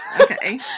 Okay